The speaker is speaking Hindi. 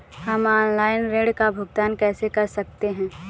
हम ऑनलाइन ऋण का भुगतान कैसे कर सकते हैं?